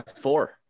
Four